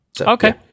Okay